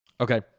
Okay